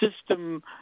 system